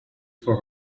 for